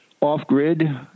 Off-grid